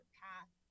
path